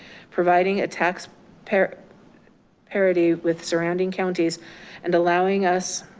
providing a tax parity parity with surrounding counties and allowing us